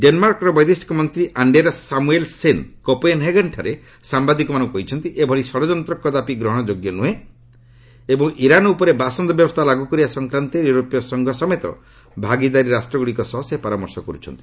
ଡେନ୍ମାର୍କର ବୈଦେଶିକ ମନ୍ତ୍ରୀ ଆଶ୍ଚେରସ୍ ସାମୁଏଲ୍ସେନ୍ କୋପେନ୍ହେଗେନ୍ଠାରେ ସାମ୍ବାଦିକମାନଙ୍କୁ କହିଛନ୍ତି ଏଭଳି ଷଡ଼ଯନ୍ତ କଦାପି ଗ୍ରହଣ ଯୋଗ୍ୟ ନୁହେଁ ଏବଂ ଇରାନ୍ ଉପରେ ବାସନ୍ଦ ବ୍ୟବସ୍ଥା ଲାଗୁ କରିବା ସଂକ୍ରାନ୍ତରେ ୟୁରୋପୀୟ ସଂଘ ସମେତ ଭାଗିଦାରୀ ରାଷ୍ଟ୍ରଗୁଡ଼ିକ ସହ ସେ ପରାମର୍ଶ କରୁଛନ୍ତି